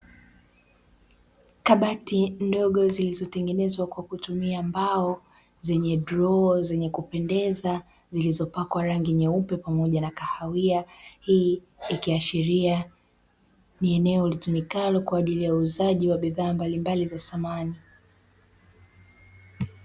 Kabati ndogo zilizotengenezwa kwa kutumia mbao zenye droo zenye kupendeza, zilizopakwa rangi nyeupe pamoja na kahawia, hii ikiashiria ni eneo litumikalo kwa ajili ya uuzaji wa bidhaa mbalimbali za samani.